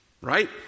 right